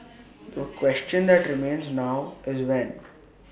the question that remains now is when